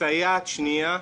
סייעת שנייה,